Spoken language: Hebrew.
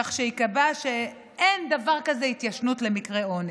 כך שייקבע שאין דבר כזה התיישנות במקרה אונס.